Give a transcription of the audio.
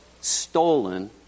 stolen